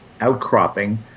outcropping